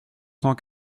cent